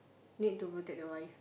need to protect the wife